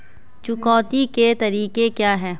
चुकौती के तरीके क्या हैं?